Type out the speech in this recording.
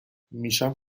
میشم